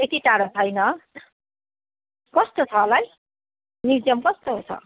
त्यति टाढो छैन कस्तो छ होला है म्युजियम कस्तो छ